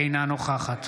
אינה נוכחת